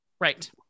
Right